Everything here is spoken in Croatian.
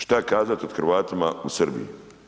Šta kazati o Hrvatima u Srbiji?